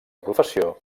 professió